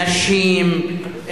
נשים,